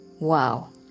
Wow